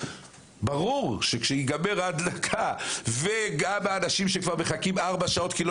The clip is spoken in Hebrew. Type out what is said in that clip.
ברור שכאשר תסתיים ההדלקה וגם האנשים שכבר מחכים ארבע שעות כי לא